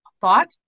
thought